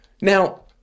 Now